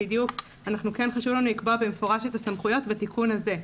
כן חשוב לנו לקבוע במפורש את הסמכויות בתיקון הזה.